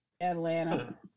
Atlanta